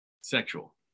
Sexual